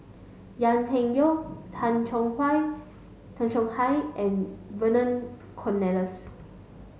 Yau Tian Yau Tay Chong Tay Chong Hai and Vernon Cornelius